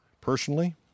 personally